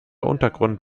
untergrund